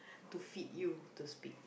to feed you to speak